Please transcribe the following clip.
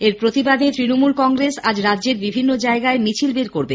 এর প্রতিবাদে তৃণমূল কংগ্রেস আজ রাজ্যের বিভিন্ন জায়গায় মিছিল বের করবে